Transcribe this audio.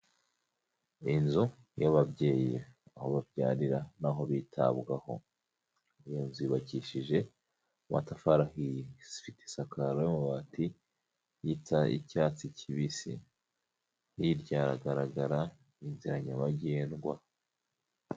Inzu y'ababyeyi aho babyarira n'aho bitabwaho, iyo nzu yubakishije amatafari ahiye ifite isakaro y'amabati y'icyatsi kibisi, hirya hagaragara inzira nyabagendwa.